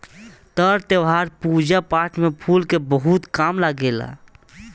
तर त्यौहार, पूजा पाठ में फूल के बहुत काम लागेला